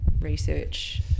research